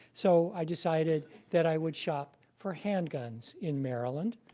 so i decided that i would shop for handguns in maryland.